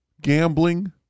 gambling